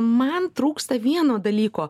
man trūksta vieno dalyko